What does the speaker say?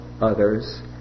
others